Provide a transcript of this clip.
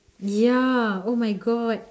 ya oh my god